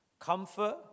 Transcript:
Comfort